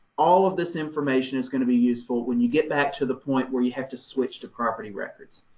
all of this information is going to be useful when you get back to the point where you have to switch to property records.